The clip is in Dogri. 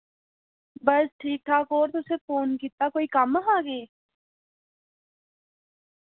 बस ठीक ठाक और तुसैं फोन कीत्ता कोई कम्म हा केह्